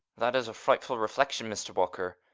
that is a frightful reflection, mr walker.